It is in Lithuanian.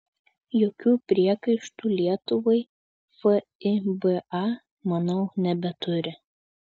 jokių priekaištų lietuvai fiba manau nebeturi